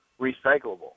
recyclable